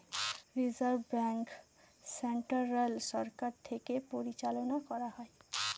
reserve bank central সরকার থেকে পরিচালনা করা হয়